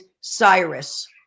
Cyrus